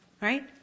Right